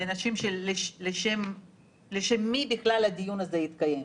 לשם מי בכלל הדיון הזה התקיים,